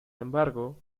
embargo